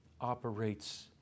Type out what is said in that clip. operates